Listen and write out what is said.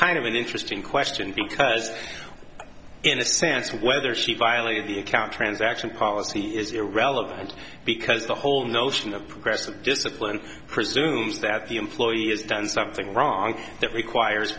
kind of an interesting question because in a sense whether she violated the account transaction policy is irrelevant because the whole notion of progressive discipline presumes that the employee has done something wrong that requires